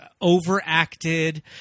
overacted